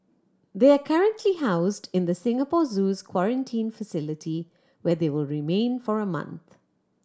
they are currently housed in the Singapore Zoo's quarantine facility where they will remain for a month